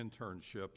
internships